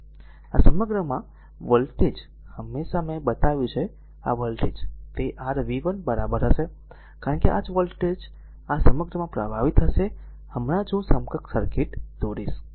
તેથી આ સમગ્રમાં વોલ્ટેજ હમણાં જ મેં આ બતાવ્યું તે આ વોલ્ટેજ તે r v હશે કારણ કે આ જ વોલ્ટેજ આ સમગ્રમાં પ્રભાવિત થશે હમણાં જ હું સમકક્ષ સર્કિટ દોરીશ